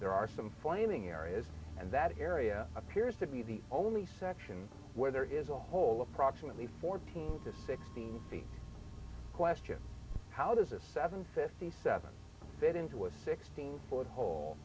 are some flaming areas and that area appears to be the only section where there is a hole approximately fourteen to sixteen the question how does a seven fifty seven fit into a sixteen foot hole